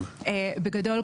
בגדול,